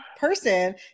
person